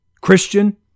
Christian